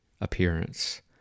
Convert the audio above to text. appearance